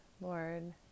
Lord